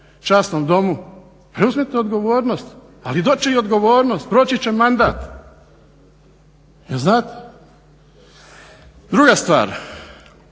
časnom domu, preuzmite odgovornost. Ali doći će i odgovornost, proći će mandat, znate. Druga stvar,